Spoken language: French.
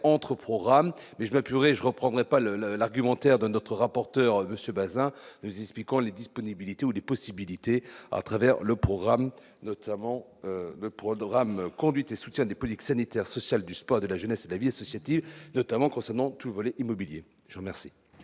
entre programme mais je veux purée je reprendrai pas le le l'argumentaire de notre rapporteur monsieur Baeza This piquant les disponibilités ou des possibilités à travers le programme notamment programme conduite et soutiennent des politiques sanitaires sociales du sport, de la jeunesse et la vie associative, notamment concernant tout volet immobilier je remercie.